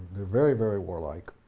they're very, very warlike.